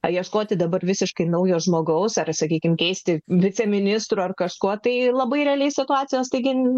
paieškoti dabar visiškai naujo žmogaus ar sakykime keisti viceministrų ar kažkuo tai labai realiai situacijos teiginių